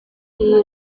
iyi